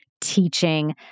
teaching